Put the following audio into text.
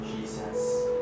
Jesus